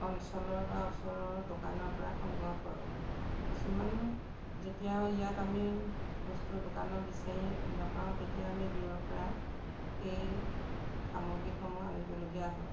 অঞ্চলৰ বা ওচৰৰ দোকানৰপৰা সংগ্ৰহ কৰোঁ কিছুমান যেতিয়া ইয়াত আমি বস্তু দোকানত বিচাৰি নাপাওঁ তেতিয়া আমি দূৰৰপৰা সেই সামগ্ৰীসমূহ আনিবলগীয়া হয়